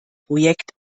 projekt